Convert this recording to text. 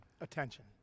attention